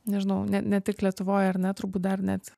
nežinau ne ne tik lietuvoj ar ne turbūt dar net